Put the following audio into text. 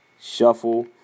Shuffle